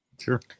Sure